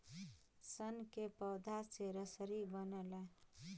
सन के पौधा से रसरी बनला